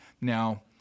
Now